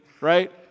right